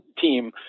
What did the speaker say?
team